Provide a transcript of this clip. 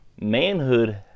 Manhood